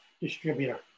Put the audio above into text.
distributor